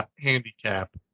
handicap